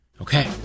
Okay